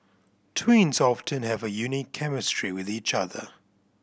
twins often have a unique chemistry with each other